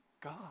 God